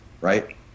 right